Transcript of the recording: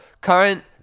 current